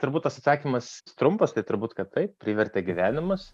turbūt tas atsakymas trumpas tai turbūt kad taip privertė gyvenimas